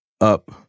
up